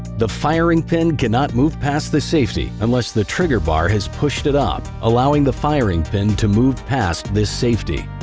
the firing pin cannot move past the safety unless the trigger bar has pushed it up, allowing the firing pin to move past this safety.